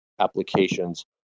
applications